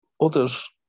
others